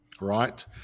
Right